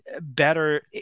better